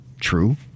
true